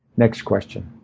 next question,